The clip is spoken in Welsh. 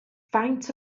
faint